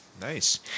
Nice